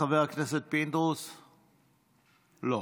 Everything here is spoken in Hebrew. חבר הכנסת פינדרוס, לא.